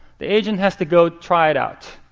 the agent has to go try it out.